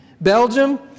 Belgium